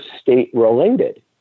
state-related